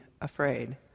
afraid